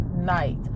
night